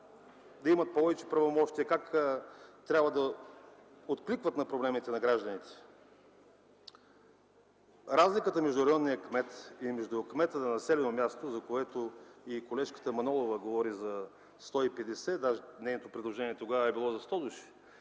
да имат повече правомощие, как трябвало да откликват на проблемите на гражданите. За разликата между районния кмет и кмета на населеното място. Колежката Манолова говори за 150 души, даже нейното предложение тогава е било за 100 души,